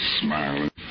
smiling